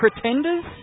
Pretenders